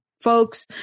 folks